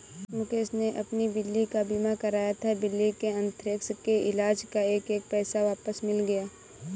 मुकेश ने अपनी बिल्ली का बीमा कराया था, बिल्ली के अन्थ्रेक्स के इलाज़ का एक एक पैसा वापस मिल गया